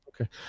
Okay